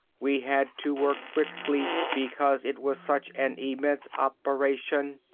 we had to work quickly because it was such an immense operation.